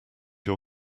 your